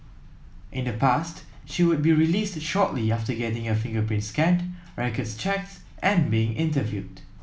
in the past she would be released shortly after getting her fingerprints scanned records checked and being interviewed